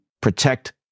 protect